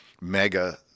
mega